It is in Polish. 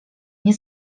nie